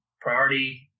Priority